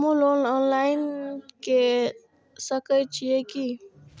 हमू loan online के सके छीये की?